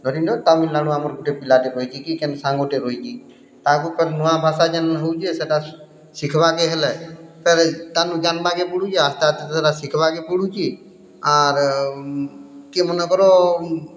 ଧରିନିଅ ତାମିଲନାଡ଼ୁ ଆମର ଗୁଟେ ପିଲାଟେ ରହିଚି କି କେନ୍ ସାଙ୍ଗଟେ ରହିଚି ତାହାକୁ ତ ନୂଆ ଭାଷା ଯେନ୍ ହେଉଛେ ସେଟା ଶିଖ୍ବାକେ ହେଲେ ଫେର୍ ତାକୁ ଜାନ୍ବାକେ ପଡ଼ୁଚି ଆସ୍ତେ ଆସ୍ତେ ସେଟା ଶିଖିବାକେ ପଡ଼ୁଚି ଆର୍ କିଏ ମନେକର